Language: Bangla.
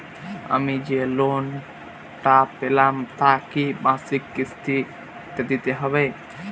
আমি যে লোন টা পেলাম তা কি মাসিক কিস্তি তে দিতে হবে?